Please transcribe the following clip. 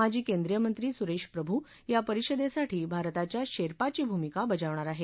माजी केंद्रीय मंत्री सुरेश प्रभू या परिषदेसाठी भारताच्या शेर्पाची भूमिका बजावणार आहेत